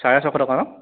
চাৰে ছশ টকা ন